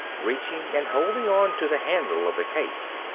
reaching and holding onto the handle of the case.